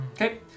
Okay